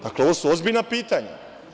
Dakle, ovo su ozbiljna pitanja.